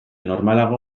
normalago